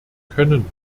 können